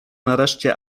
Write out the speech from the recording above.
nareszcie